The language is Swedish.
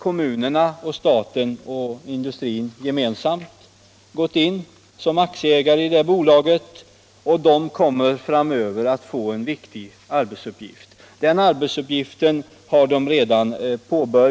Kommunerna, staten och industrin har gemensamt gått in som aktieägare i detta bolag, som framöver kommer att få en viktig arbetsuppgift.